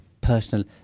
personal